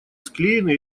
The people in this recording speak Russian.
склеены